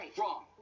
Wrong